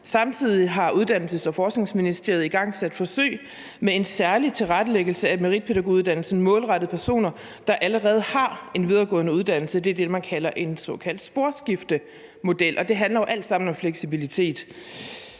Samtidig har Uddannelses- og Forskningsministeriet igangsat forsøg med en særlig tilrettelæggelse af meritpædagoguddannelsen målrettet personer, der allerede har en videregående uddannelse – det er det, man kalder for en sporskiftemodel – og det handler jo alt sammen om fleksibilitet.